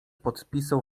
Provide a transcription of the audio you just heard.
podpisał